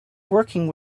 working